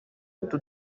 utu